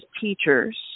teachers